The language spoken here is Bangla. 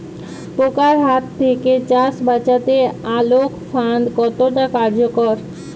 পোকার হাত থেকে চাষ বাচাতে আলোক ফাঁদ কতটা কার্যকর?